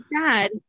sad